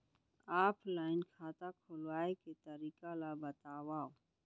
Offline खाता खोलवाय के तरीका ल बतावव?